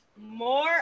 More